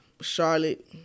Charlotte